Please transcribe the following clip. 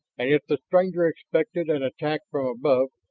and if the stranger expected an attack from above,